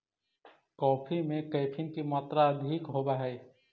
coffee में caffeine की मात्रा अधिक होवअ हई